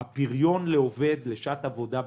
הפריון לעובד לשעת עבודה בישראל.